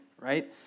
right